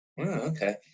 Okay